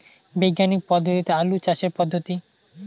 বিজ্ঞানিক পদ্ধতিতে আলু চাষের পদ্ধতি?